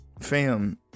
fam